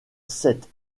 sept